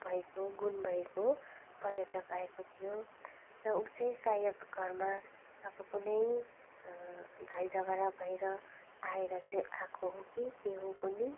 भएको गुण भएको पर्यटक आएको थियो र ऊ चाहिँ सायद घरमा अब कुनै झै झगडा भएर आएर चाहिँ आएको हो कि के हो कुन्नि